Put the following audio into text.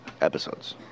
episodes